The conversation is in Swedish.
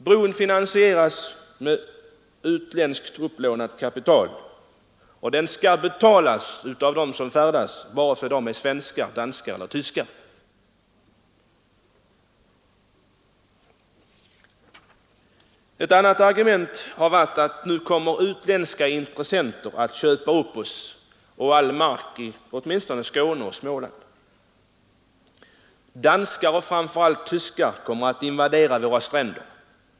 Bron finansieras med utländskt upplånat kapital, och den skall betalas av dem som färdas på bron, vare sig de är svenskar, danskar eller tyskar. Ett annat argument har varit att utländska intressenter nu kommer att köpa upp all mark i åtminstone Skåne och Småland. Danskar och framför allt tyskar kommer att invadera våra stränder.